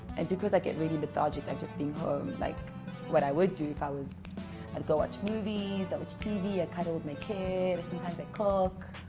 and because i get really lethargic i just being home like what i would do if i was i'd go watch movies, watch tv ah cuddle my kid sometimes i cook